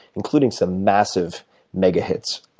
including some massive mega hits,